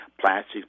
plastics